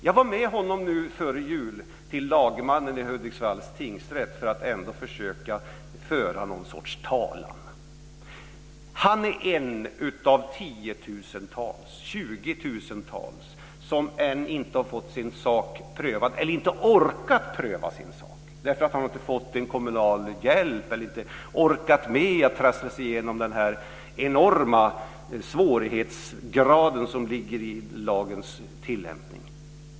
Jag var med honom före jul till lagmannen i Hudiksvalls tingsrätt för att ändå försöka föra någon sorts talan. Han är en av tio-tjugotusentals som ännu inte har fått sin sal prövad, eller inte har orkat pröva sin sak därför han inte har fått någon kommunal hjälp eller orkat med att traska sig igenom den enorma svårighetsgrad som ligger i lagens tillämpning.